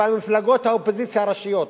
במפלגות האופוזיציה הראשיות,